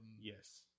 yes